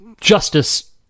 justice